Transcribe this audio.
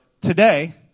Today